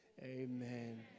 amen